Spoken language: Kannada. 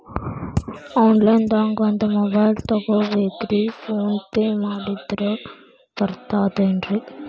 ಆನ್ಲೈನ್ ದಾಗ ಒಂದ್ ಮೊಬೈಲ್ ತಗೋಬೇಕ್ರಿ ಫೋನ್ ಪೇ ಮಾಡಿದ್ರ ಬರ್ತಾದೇನ್ರಿ?